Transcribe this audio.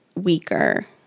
weaker